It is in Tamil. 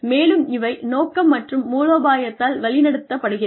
மேலும் இவை நோக்கம் மற்றும் மூலோபாயத்தால் வழிநடத்தப்படுகிறது